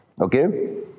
Okay